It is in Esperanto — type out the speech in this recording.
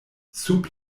sub